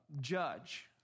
judge